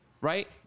right